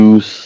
Use